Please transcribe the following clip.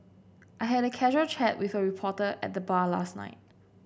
I had a casual chat with a reporter at the bar last night